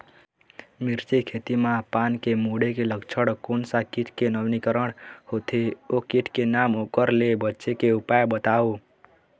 मिर्ची के खेती मा पान के मुड़े के लक्षण कोन सा कीट के नवीनीकरण होथे ओ कीट के नाम ओकर ले बचे के उपाय बताओ?